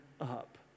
up